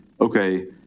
okay